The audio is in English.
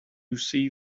see